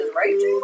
right